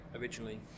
Originally